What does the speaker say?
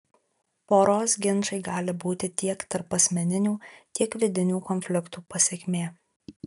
poros ginčai gali būti tiek tarpasmeninių tiek vidinių konfliktų pasekmė